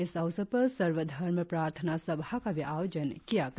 इस अवसर पर सर्वधर्म प्रार्थना सभा का भी आयोजित किया गया